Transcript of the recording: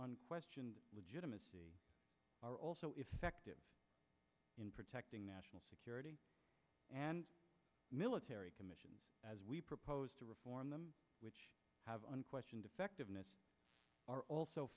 one question legitimacy are also effective in protecting national security and military commissions as we propose to reform them which have unquestioned effectiveness are also